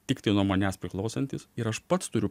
tiktai nuo manęs priklausantys ir aš pats turiu